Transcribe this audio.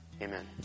Amen